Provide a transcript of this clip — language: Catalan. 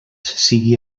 sigui